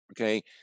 okay